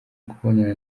kubonana